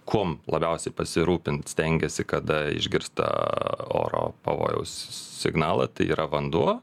kuom labiausiai pasirūpint stengiasi kada išgirsta oro pavojaus signalą tai yra vanduo